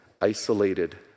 isolated